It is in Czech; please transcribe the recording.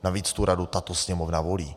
Navíc tu radu tato Sněmovna volí.